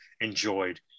enjoyed